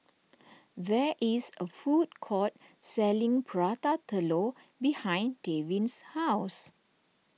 there is a food court selling Prata Telur behind Davin's house